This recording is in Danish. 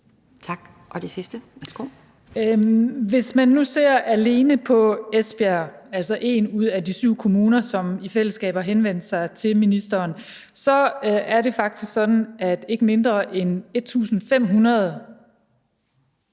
Ulla Tørnæs (V): Hvis man nu alene ser på Esbjerg, altså en ud af de syv kommuner, som i fællesskab har henvendt sig til ministeren, så er det faktisk sådan, at ikke mindre end 1.500